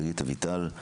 חגית אביטל.